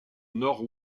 nord